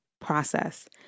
process